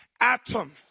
atom